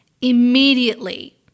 immediately